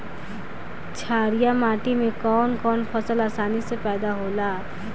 छारिया माटी मे कवन कवन फसल आसानी से पैदा होला?